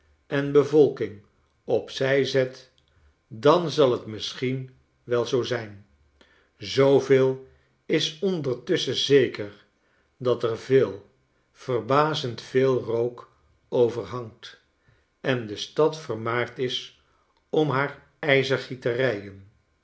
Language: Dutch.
en bevolking op zij zet dan zal t misschen wel zoo zijn zoo veel is ondertusschen zeker daterveel verbazend veel rook over hangt en de stadvermaard is om haar